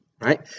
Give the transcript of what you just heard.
right